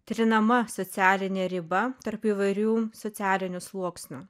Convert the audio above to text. trinama socialinė riba tarp įvairių socialinių sluoksnių